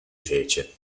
fece